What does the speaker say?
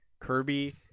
Kirby